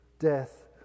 death